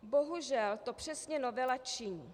Bohužel to přesně novela činí.